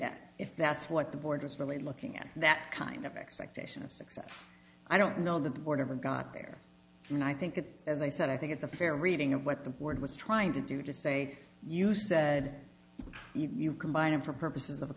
that if that's what the board was really looking at that kind of expectation of success i don't know that the board ever got there and i think that as i said i think it's a fair reading of what the board was trying to do to say you said you combine them for purposes of